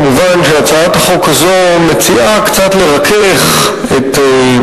מובן שהצעת החוק הזאת מציעה קצת לרכך את,